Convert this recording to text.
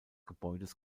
gebäudes